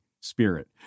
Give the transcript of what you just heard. spirit